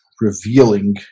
revealing